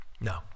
No